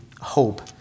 Hope